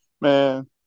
man